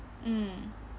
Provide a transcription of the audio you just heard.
mm